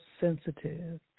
sensitive